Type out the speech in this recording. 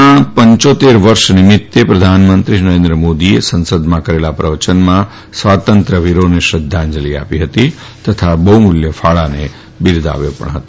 શ્રદ્વાંજલિ પાઠવી રહ્યું છેવર્ષ નિમિત્તે પ્રધાનમંત્રી શ્રી નરેન્દ્ર મોદીએ સંસદમાં કરેલા પ્રવચનમાં સ્વાતંત્ર્ય વીરોને શ્રદ્ધાંજલિ આપી હતી તથા બહ્મૂલ્ય ફાળાને બિરદાવ્યો હતો